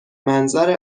منظر